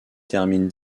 termine